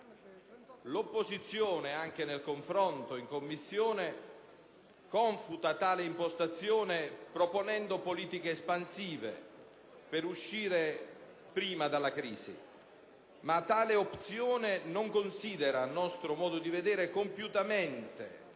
L'opposizione, anche nel confronto in Commissione, confuta tale impostazione, proponendo politiche espansive per uscire prima dalla crisi. Ma tale opzione non considera, a nostro modo di vedere, compiutamente